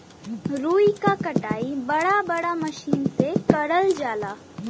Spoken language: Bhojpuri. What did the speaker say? रुई क कटाई बड़ा बड़ा मसीन में करल जाला